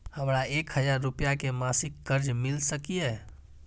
हमरा एक हजार रुपया के मासिक कर्ज मिल सकिय?